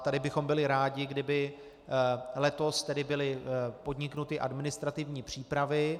Tady bychom byli rádi, kdyby letos byly podniknuty administrativní přípravy.